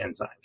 enzymes